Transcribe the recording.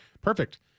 Perfect